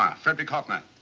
um frederick hoffner.